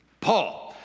Paul